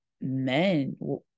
men